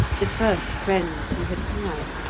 the first friends he had had,